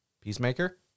Peacemaker